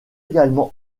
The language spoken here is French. également